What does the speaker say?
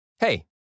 Hey